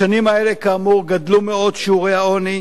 בשנים האלה, כאמור, גדלו מאוד שיעורי העוני,